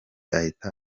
ahita